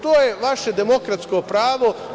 To je vaše demokratsko pravo.